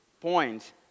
points